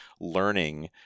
learning